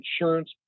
insurance